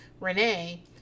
Renee